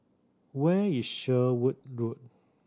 where is Sherwood Road